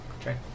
Okay